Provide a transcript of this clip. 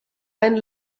einen